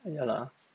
ya lah